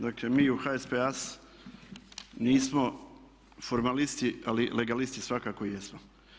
Dakle, mi u HSP AS nismo formalisti, ali legalisti svakako jesmo.